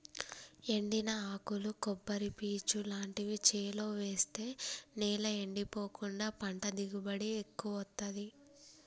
ఎండిన ఆకులు కొబ్బరి పీచు లాంటివి చేలో వేస్తె నేల ఎండిపోకుండా పంట దిగుబడి ఎక్కువొత్తదీ